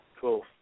Cool